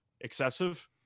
excessive